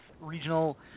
Regional